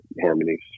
harmonies